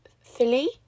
philly